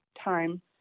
time